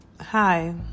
Hi